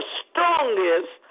strongest